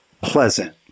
pleasant